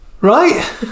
right